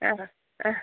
ആ ആ